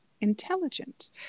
intelligent